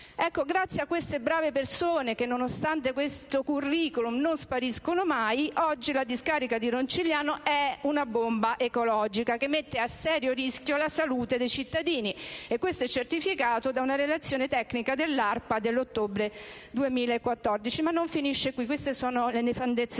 grazie a queste brave persone, che, nonostante questo *curriculum*, non spariscono mai, che oggi la discarica di Roncigliano è una bomba ecologica che mette a serio rischio la salute dei cittadini, come certificato da una relazione tecnica dell'ARPA dell'ottobre 2014. Ma non finisce qui; queste sono le nefandezze passate.